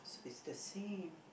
it's the same